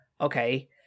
okay